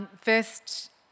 First